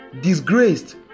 disgraced